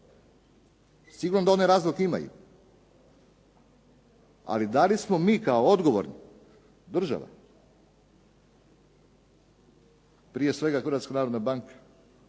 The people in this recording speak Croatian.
Sigurno da one razlog imaju, ali da li smo mi kao odgovorni, država, prije svega Hrvatska narodna banka,